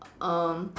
err